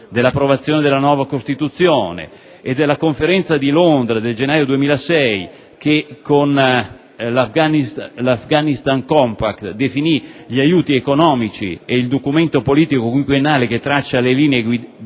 l'approvazione della nuova Costituzione e la Conferenza di Londra del gennaio 2006, che con il piano "*Afghanistan* *Compact*" definì gli aiuti economici e il documento politico quinquennale che traccia le linee guida